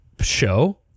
show